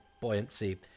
buoyancy